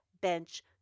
bench